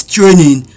Training